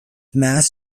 mass